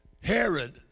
Herod